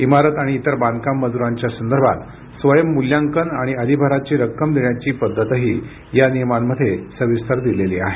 इमारत आणि इतर बांधकाम मजुरांच्या संदर्भात स्वयं मूल्यांकन आणि अधिभाराची रक्कम देण्याची पद्धतही या नियमांमध्ये सविस्तर दिलेली आहे